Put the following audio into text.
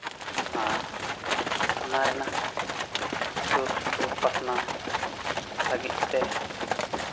ᱟᱨ ᱚᱱᱟ ᱨᱮᱱᱟᱜ ᱥᱩᱨ ᱥᱩᱯᱩᱨ ᱯᱟᱥᱱᱟᱣ ᱞᱟᱹᱜᱤᱫ ᱛᱮ